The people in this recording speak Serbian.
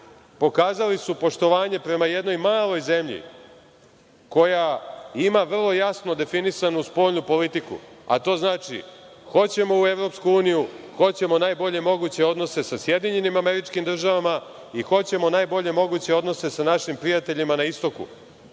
Pokazali su poštovanje prema jednoj maloj zemlji koja ima vrlo jasno definisanu spoljnu politiku, a to znači – hoćemo u Evropsku uniju, hoćemo najbolje moguće odnose sa SAD-om i hoćemo najbolje moguće odnose sa našim prijateljima na Istoku.